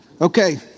Okay